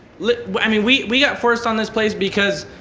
li i mean we we got forced on this place because.